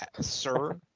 Sir